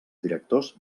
directors